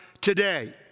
today